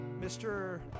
Mr